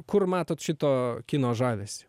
kur matot šito kino žavesį